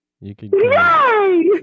Yay